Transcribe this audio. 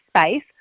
space